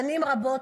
שנים רבות,